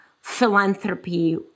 philanthropy